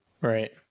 Right